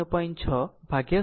6 ભાગ્યા 0